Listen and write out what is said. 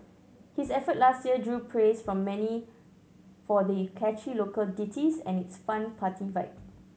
his effort last year drew praise from many for the catchy local ditties and its fun party vibe